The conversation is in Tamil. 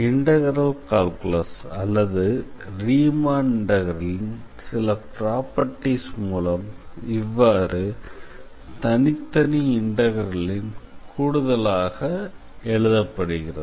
இன்டெக்ரல் கால்குலஸ் அல்லது ரீமன் இன்டெக்ரலின் சில ப்ராப்பர்டீஸ் மூலம் இவ்வாறு தனித்தனி இன்டெக்ரலின் கூடுதலாக எழுதப்படுகிறது